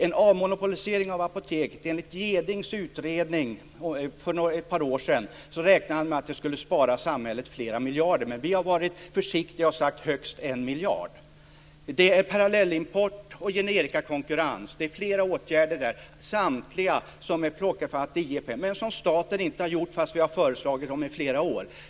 En avmonopolisering av Apoteket skulle enligt Jedings utredning för ett par år sedan spara samhället flera miljarder, men vi har varit försiktiga och sagt högst 1 miljard. Ytterligare exempel är parallellimport och generikakonkurrens. Det finns flera åtgärder som samtliga är framplockade för att de ger pengar. Men staten har inte vidtagit dessa åtgärder fast vi har föreslagit dem i flera år.